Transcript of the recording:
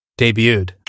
Debuted